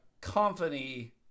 company